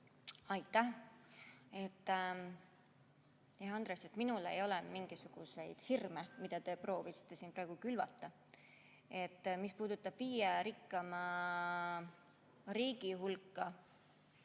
Aitäh, hea Andres! Minul ei ole mingisuguseid hirme, mida te proovisite siin praegu külvata. Mis puudutab viie rikkaima riigi hulka